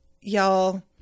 y'all